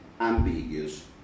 ambiguous